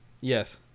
Yes